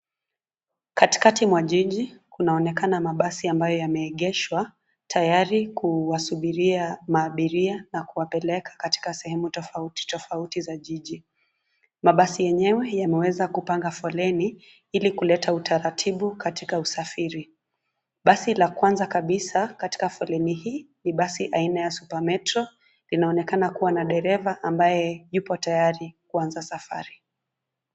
Katikati mwa jiji kunaonekana mabasi ambayo yameegeshwa tayari kuwasubiria maabiria na kuwapeleka katika sehemu tofauti tofauti za jiji. Mabasi yenyewe yameweza kupanga foleni ili kuleta utaratibu katika usafiri. Basi la kwanza kabisa katika foleni hii ni basi aina ya Super Metro; inaonekana kuwa na dereva ambaye yupo tayari kuanza safari.